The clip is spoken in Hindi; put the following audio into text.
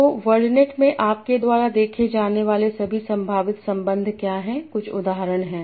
तो वर्डनेट में आपके द्वारा देखे जाने वाले सभी संभावित संबंध क्या हैं कुछ उदाहरण हैं